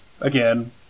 again